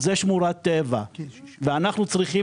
אנחנו צריכים